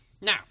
now